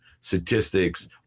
statistics